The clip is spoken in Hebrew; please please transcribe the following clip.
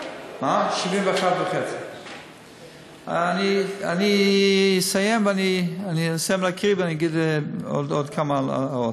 71.5. אני אסיים להקריא ואגיד עוד כמה הערות.